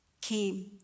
came